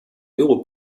euro